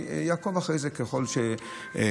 אני אעקוב אחרי זה ככל שיתאפשר,